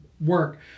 work